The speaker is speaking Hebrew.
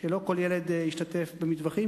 כדי שלא כל ילד ישתתף במטווחים,